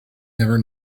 never